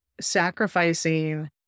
sacrificing